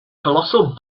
colossal